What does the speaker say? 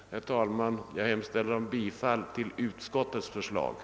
Herr talman! Jag yrkar bifall till utskottets hemställan.